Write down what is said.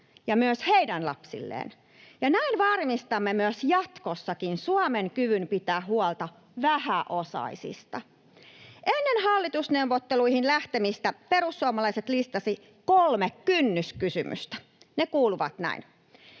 ja myös heidän lapsilleen. Ja näin varmistamme jatkossakin Suomen kyvyn pitää huolta vähäosaisista. Ennen hallitusneuvotteluihin lähtemistä perussuomalaiset listasivat kolme kynnyskysymystä. Ne kuuluvat näin: